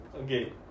okay